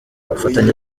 bufatanye